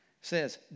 says